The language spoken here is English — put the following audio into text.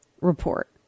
report